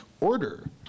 order